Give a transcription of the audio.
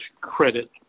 credit